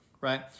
right